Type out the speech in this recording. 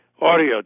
Audio